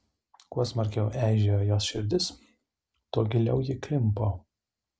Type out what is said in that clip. kuo smarkiau eižėjo jos širdis tuo giliau ji klimpo